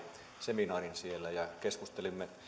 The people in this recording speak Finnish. ja keskustelimme